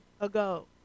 ago